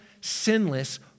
sinless